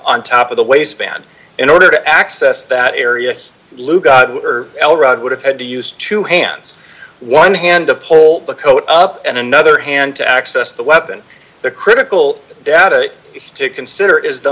on top of the waistband in order to access that area lou got l rod would have had to use two hands one hand up hold the coat up and another hand to access the weapon the critical data to consider is the